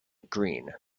green